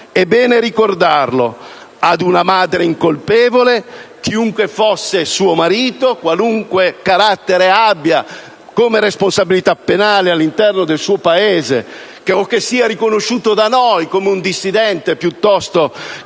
(è bene ricordarlo) ad una madre incolpevole (chiunque fosse suo marito, qualunque carattere abbia, come responsabilità penale, all'interno del suo Paese; o che sia riconosciuto da noi come un dissidente piuttosto che